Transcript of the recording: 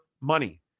money